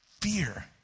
fear